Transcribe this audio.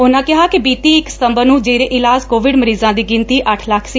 ਉਨੂਾਂ ਕਿਹਾ ਕਿ ਬੀਤੀ ਇਕ ਸਤੰਬਰ ਨੂੰ ਜ਼ੇਰੇ ਇਲਾਜ ਕੋਵਿਡ ਮਰੀਜ਼ਾਂ ਦੀ ਗਿਣਤੀ ਅੱਠ ਲੱਖ ਸੀ